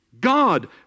God